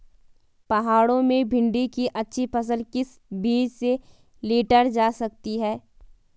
पहाड़ों में भिन्डी की अच्छी फसल किस बीज से लीटर जा सकती है?